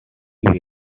were